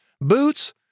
boots